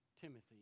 Timothy